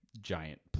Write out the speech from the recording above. giant